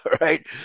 right